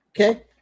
okay